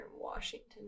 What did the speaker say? Washington